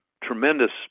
tremendous